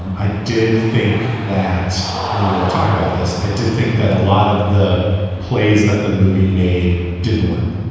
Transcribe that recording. i did think that i will talk about this. i did think that a lot of the plays that the movie made didn't work